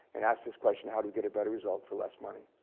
and ask this question, how do we get a better result for less money?